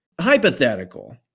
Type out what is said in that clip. Hypothetical